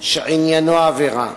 שעניינו עבירה.